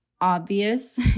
obvious